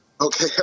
Okay